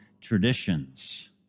traditions